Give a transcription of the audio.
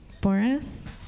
Boris